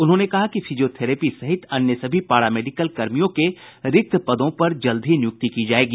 उन्होंने कहा कि फिजियोथरेपी सहित अन्य सभी पारा मेडिकल कर्मियों के रिक्त पदों पर जल्द ही नियुक्ति की जायेगी